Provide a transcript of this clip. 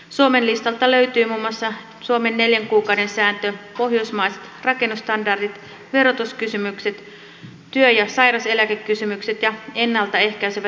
suomen listalta löytyy muun muassa suomen neljän kuukauden sääntö pohjoismaiset rakennusstandardit verotuskysymykset työ ja sairaseläkekysymykset ja ennalta ehkäisevä työ lainsäädännössä